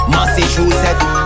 Massachusetts